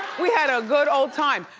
we had a good old time.